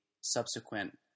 subsequent